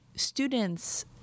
Students